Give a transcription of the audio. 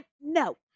no